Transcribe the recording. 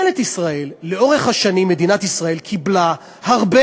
לאורך השנים מדינת ישראל קיבלה הרבה